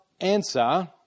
answer